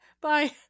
Bye